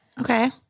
Okay